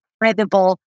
incredible